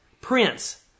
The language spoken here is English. Prince